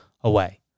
away